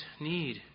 need